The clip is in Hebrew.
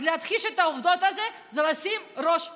אז להכחיש את העובדות האלה זה לשים ראש בחול.